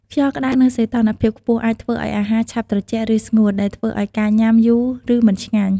ខ្យល់ក្តៅ និងសីតុណ្ហភាពខ្ពស់អាចធ្វើឱ្យអាហារឆាប់ត្រជាក់ ឬស្ងួត ដែលធ្វើឱ្យការញ៉ាំយូរ ឬមិនឆ្ងាញ់។